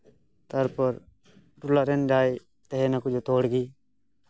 ᱛᱟᱨᱯᱚᱨ ᱴᱚᱞᱟᱨᱮᱱ ᱡᱟᱦᱟᱸᱭ ᱛᱟᱦᱮᱱᱟᱠᱚ ᱡᱚᱛᱚ ᱦᱚᱲ ᱜᱮ